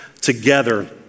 together